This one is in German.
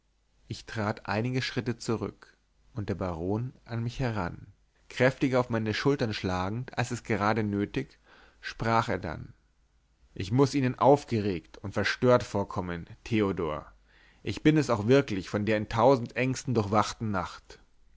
ich trat einige schritte zurück und der baron an mich heran kräftiger auf meine schulter schlagend als gerade nötig sprach er dann ich muß ihnen aufgeregt und verstört vorkommen theodor ich bin es auch wirklich von der in tausend ängsten durchwachten nacht